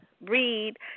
read